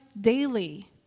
daily